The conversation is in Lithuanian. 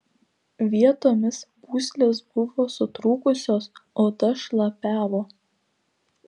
vietomis pūslės buvo sutrūkusios oda šlapiavo